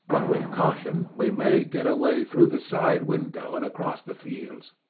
but with caution we may get away through the side window and across the fields.